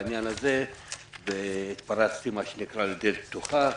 בעניין הזה והתפרצתי לדלת פתוחה.